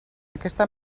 aquesta